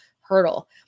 Hurdle